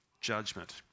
judgment